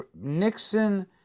Nixon